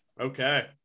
okay